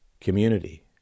community